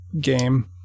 game